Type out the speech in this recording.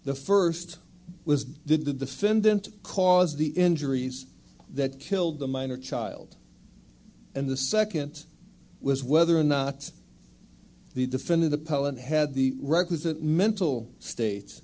the first was did the defendant cause the injuries that killed the minor child and the second was whether or not he defended the pole and had the requisite mental states